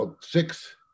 six